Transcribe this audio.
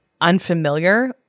unfamiliar